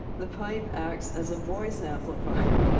the pipe acts as a voice amplifier,